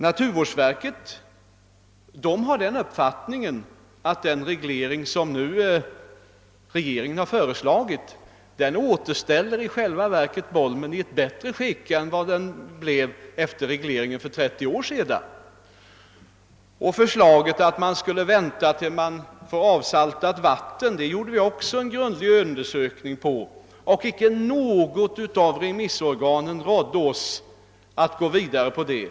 Naturvårdsverket har den uppfattningen att den reglering som regeringen nu föreslagit i själva verket återställer Bolmen i ett bättre skick än vad sjön befann sig i efter regleringen för 20 år sedan. Förslaget att avvakta till dess avsaltat vatten kan komma i fråga undersökte vi också grundligt, men inte något av remissorganen rådde oss att gå vidare på den vägen.